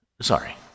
Sorry